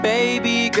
Baby